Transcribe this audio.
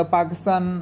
Pakistan